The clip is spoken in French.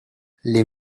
les